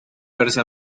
verse